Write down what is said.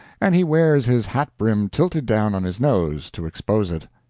and he wears his hat-brim tilted down on his nose to expose it.